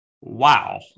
wow